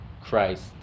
christ